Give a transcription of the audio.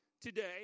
today